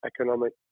economic